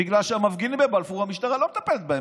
בגלל שהמפגינים בבלפור, המשטרה לא מטפלת בהם.